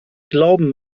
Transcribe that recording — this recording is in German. glauben